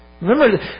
remember